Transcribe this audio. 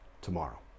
tomorrow